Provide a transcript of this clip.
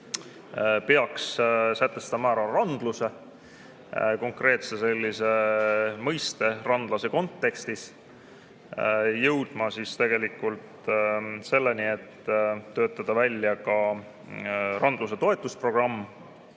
peaks sätestama ära randluse, konkreetse mõiste randlase kontekstis, jõudma selleni, et töötada välja ka randluse toetusprogramm,